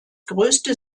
größte